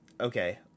Okay